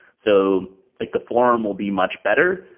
so like the form will be much better.